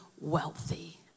wealthy